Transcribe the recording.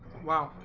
wow